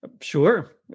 Sure